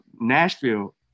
Nashville